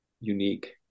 unique